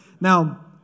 Now